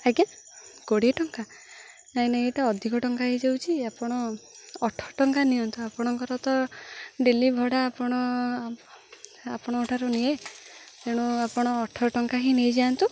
ଆଜ୍ଞା କୋଡ଼ିଏ ଟଙ୍କା ନାଇଁ ନାଇଁ ଏଇଟା ଅଧିକ ଟଙ୍କା ହେଇଯାଉଚି ଆପଣ ଅଠର ଟଙ୍କା ନିଅନ୍ତୁ ଆପଣଙ୍କର ତ ଡେଲି ଭଡ଼ା ଆପଣ ଆପଣଙ୍କ ଠାରୁ ନିଏ ତେଣୁ ଆପଣ ଅଠର ଟଙ୍କା ହିଁ ନେଇଯାଆନ୍ତୁ